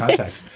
yeah sex.